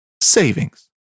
savings